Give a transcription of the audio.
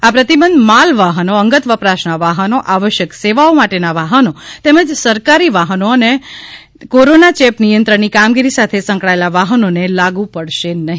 આ પ્રતિબંધ માલ વાહનો અંગત વપરાશના વાહનો આવશ્યક સેવાઓ માટેના વાહનો તેમજ સરકારી વાહનો અને કોરોના ચેપ નિયત્રણની કામગીરી સાથે સંકળાયેલા વાહનોને લાગુ પડશે નહી